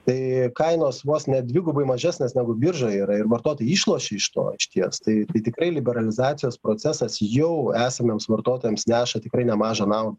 tai kainos vos ne dvigubai mažesnės negu biržoj yra ir vartotojai išlošia iš to išties tai tai tikrai liberalizacijos procesas jau esamiems vartotojams neša tikrai nemažą naudą